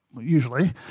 usually